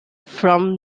from